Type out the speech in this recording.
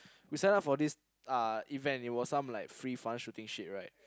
we sign up for this uh event it was some like some free fun shooting shit right